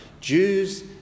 Jews